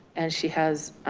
and she has